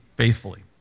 Faithfully